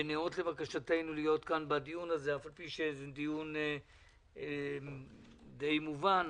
שנאות לבקשתנו להיות כאן בדיון הזה אף על פי שזה דיון די מובן,